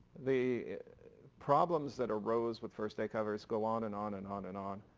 the problems that arose with first day covers go on, and on, and on, and on,